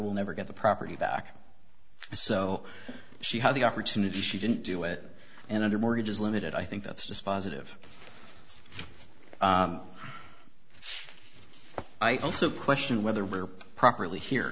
will never get the property back so she had the opportunity she didn't do it and under mortgages limited i think that's dispositive i also question whether we're properly here